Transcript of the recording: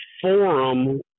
forum